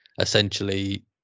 essentially